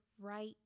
right